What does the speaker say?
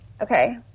Okay